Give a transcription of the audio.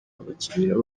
abakiriya